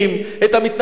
את המתנחלים,